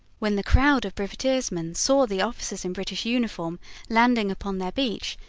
when the crowd of privateersmen saw the officers in british uniform landing upon their beach,